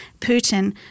Putin